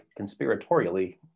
conspiratorially